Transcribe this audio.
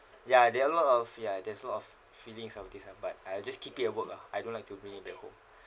ya there are a lot of ya there's a lot of feeling from this ah but I'll just keep it at work lah I don't like to bring it back home